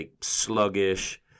sluggish